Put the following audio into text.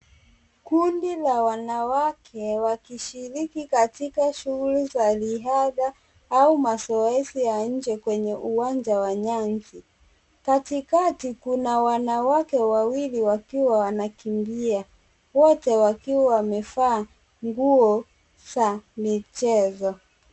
Kundi la wanawake wakishiriki katika shughuli za riadha au mazoezi ya nje kwenye uwanja wa nyasi. Katikati kuna wanawake wawili wakiwa wanakimbia wote wakiwa wamevaa nguo za michezo.